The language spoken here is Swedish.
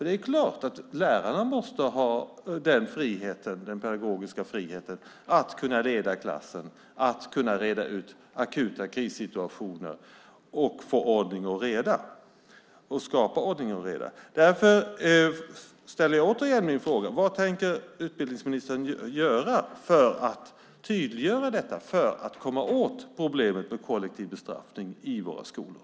Det är klart att lärarna måste ha den pedagogiska friheten att kunna leda klassen, att kunna reda ut akuta krissituationer och skapa ordning och reda. Därför ställer jag återigen min fråga: Vad tänker utbildningsministern göra för att tydliggöra detta, för att komma åt problemet med kollektiv bestraffning i våra skolor?